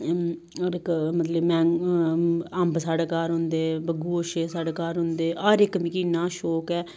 हर इक मतलब अंब साढ़े घर होंदे भग्गू गोशो साढ़े घर होंदे हर इक मिकी इन्ना शौंक ऐ